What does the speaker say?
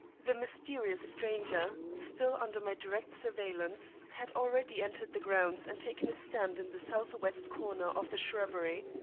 the mysterious stranger, still under my direct surveillance, had already entered the grounds and taken his stand in the southwest corner of the shrubbery,